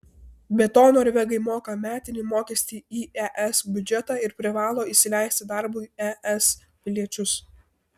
be to norvegai moka metinį mokestį į es biudžetą ir privalo įsileisti darbui es piliečius